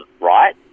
right